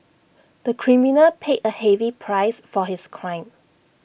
the criminal paid A heavy price for his crime